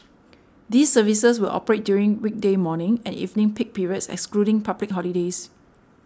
these services will operate during weekday morning and evening peak periods excluding public holidays